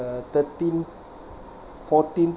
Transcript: uh thirteen fourteen